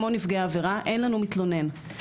כמו נפגעי עבירה - אין לנו מתלונן.